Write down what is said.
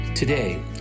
Today